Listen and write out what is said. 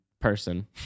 person